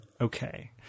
Okay